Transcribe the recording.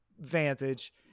vantage